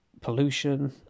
pollution